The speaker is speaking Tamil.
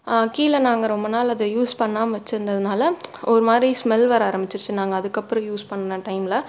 கீழே நாங்கள் ரொம்ப நாள் அதை யூஸ் பண்ணாமல் வச்சுருந்ததுனால ஒரு மாதிரி ஸ்மெல் வர ஆரமிச்சுருச்சு நாங்கள் அதுக்கு அப்புறம் யூஸ் பண்ண டைமில்